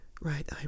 right